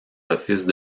offices